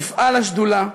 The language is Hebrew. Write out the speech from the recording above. תפעל השדולה,